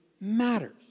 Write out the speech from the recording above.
matters